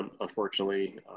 unfortunately